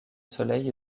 soleil